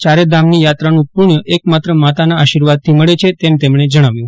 ચારેધામની યાત્રાનું પુણ્ય એકમાત્ર માતાના આશીર્વાદથી મળે છે તેમ તેમણે જણાવ્યું હતું